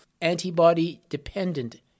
antibody-dependent